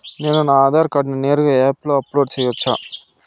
నేను నా ఆధార్ కార్డును నేరుగా యాప్ లో అప్లోడ్ సేయొచ్చా?